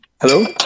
Hello